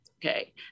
Okay